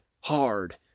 hard